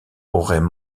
auraient